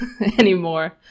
anymore